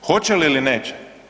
Hoće li ili neće?